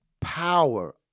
power